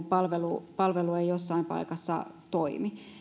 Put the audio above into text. palvelu palvelu ei jossain paikassa ikään kuin toimi